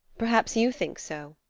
perhaps you you think so.